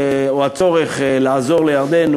או הצורך לעזור לירדן,